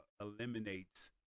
eliminates